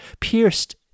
pierced